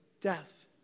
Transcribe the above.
death